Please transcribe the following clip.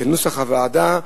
כנוסח הוועדה.